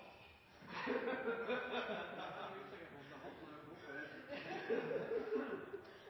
jeg har nevnt før.